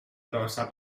travessar